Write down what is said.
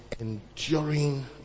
enduring